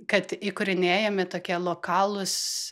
kad įkūrinėjami tokie lokalūs